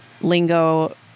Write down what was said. lingo